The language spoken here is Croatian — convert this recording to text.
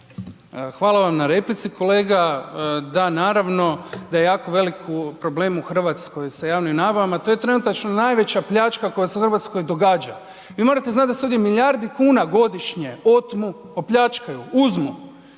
Hvala vam na replici kolega. Da, naravno da je jako veliki problem u Hrvatskoj sa javnim nabavama, to je trenutačno najveća pljačka koja se u Hrvatskoj događa. Vi morate znati da se ovdje milijardi kuna godišnje otmu, opljačkaju, uzmu.